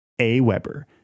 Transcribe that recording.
AWeber